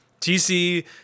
TC